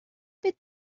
bit